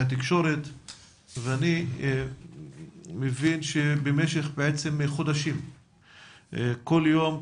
התקשורת ואני מבין שבמשך חודשים כל יום,